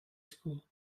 school